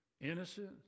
Innocent